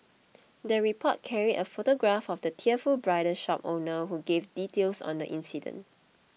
the report carried a photograph of the tearful bridal shop owner who gave details on the incident